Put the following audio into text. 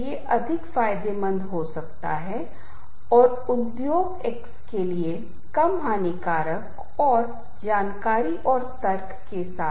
हम बस इस के कुछ प्रदर्शनों को देखेंगे और आप देखेंगे कि हमने major scale major tone major chords खुशी माइनर कॉर्ड्स उदासी लाउडनेस और इन्टेंस मेलोडी के बारे में बात की जहां कुछ को एक साथ पूरक किया जा रहा है एक साथ दो चीजें